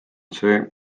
see